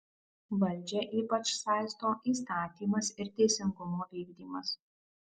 valdžią ypač saisto įstatymas ir teisingumo vykdymas